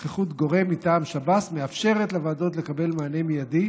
שהוא יושב-ראש הוועדה,